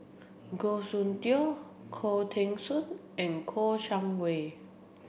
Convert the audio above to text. Goh Soon Tioe Khoo Teng Soon and Kouo Shang Wei